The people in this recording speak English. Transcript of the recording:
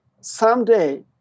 someday